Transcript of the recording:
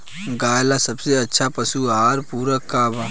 गाय ला सबसे अच्छा पशु आहार पूरक का बा?